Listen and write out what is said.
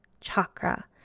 chakra